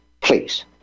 please